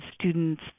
students